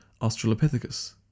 Australopithecus